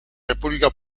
república